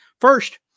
First